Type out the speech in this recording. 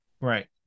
Right